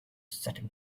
setting